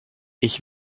ich